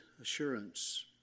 Assurance